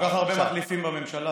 כל כך הרבה מחליפים בממשלה,